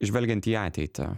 žvelgiant į ateitį